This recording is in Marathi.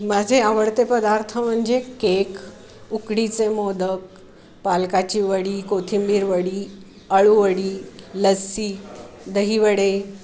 माझे आवडते पदार्थ म्हणजे केक उकडीचे मोदक पालकाची वडी कोथिंबीर वडी अळूवडी लस्सी दही वडे